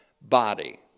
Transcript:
body